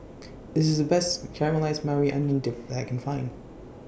This IS The Best Caramelized Maui Onion Dip that I Can Find